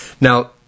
Now